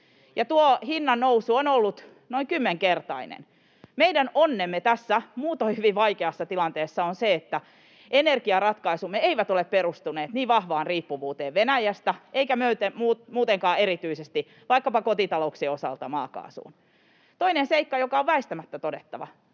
Tuo hinnannousu on ollut noin kymmenkertainen. Meidän onnemme tässä muutoin hyvin vaikeassa tilanteessa on se, että energiaratkaisumme eivät ole perustuneet niin vahvaan riippuvuuteen Venäjästä eivätkä muutenkaan vaikkapa kotitalouksien osalta erityisesti maakaasuun. Toinen seikka, joka on väistämättä todettava: